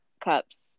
cups